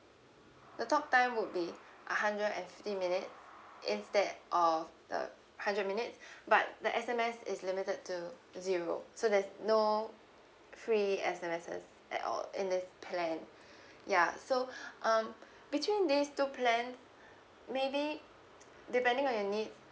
the talk time would be a hundred and fifty minutes instead of the hundred minutes but the S_M_S is limited to zero so there's no free S_M_Ses at all in this plan ya so um between this two plan maybe depending on your need